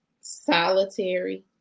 solitary